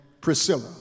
Priscilla